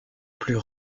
plus